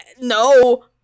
No